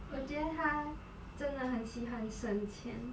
我觉得她真的很喜欢省钱